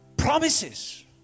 Promises